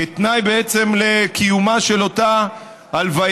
בעצם זה תנאי לקיומה של אותה הלוויה.